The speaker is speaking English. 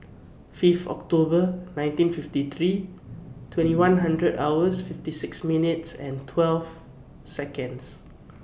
Fifth October nineteen fifty three twenty one hundred hours fifty six minutes and twelve Seconds